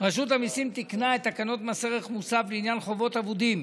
רשות המיסים תיקנה את תקנות מס ערך מוסף לעניין חובות אבודים,